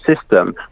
system